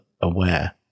aware